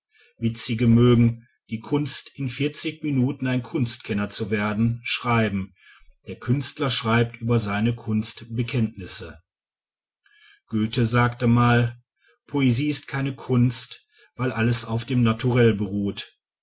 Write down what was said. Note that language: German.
witzige mögen die kunst in vierzig minuten ein kunstkenner zu werden schreiben der künstler schreibt über seine kunst bekenntnisse goethe sagt mal poesie ist keine kunst weil alles auf dem naturell beruht